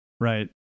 right